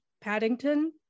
paddington